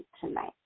tonight